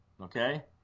Okay